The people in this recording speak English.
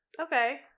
Okay